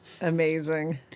Amazing